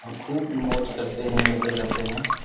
اور کھوب موج کرتے ہیں مزے کرتے ہیں